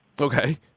okay